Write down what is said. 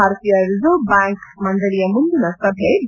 ಭಾರತೀಯ reserve bank ಮಂಡಳಿಯ ಮುಂದಿನ ಸಭೆ ಡಿ